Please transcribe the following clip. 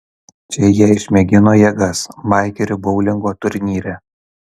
čia jie išmėgino jėgas baikerių boulingo turnyre